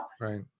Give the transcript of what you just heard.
Right